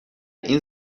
این